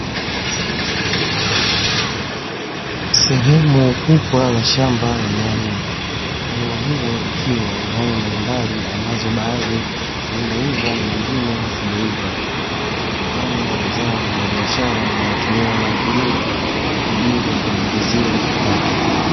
Sehemu kubwa ya shamba la nyanya, eneo hilo likiwa na nyanya mbalimbali ambazo baadhi yao zimeiva na nyingine hazijaiva nyanya ni zao la biashara linalotumiwa na wakulima kwa ajili ya kujiingizia kipato.